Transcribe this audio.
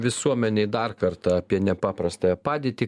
visuomenei dar kartą apie nepaprastąją padėtį